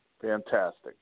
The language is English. Fantastic